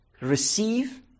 Receive